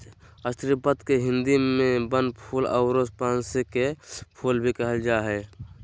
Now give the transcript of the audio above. स्रीवत के हिंदी में बनफूल आरो पांसे के फुल भी कहल जा हइ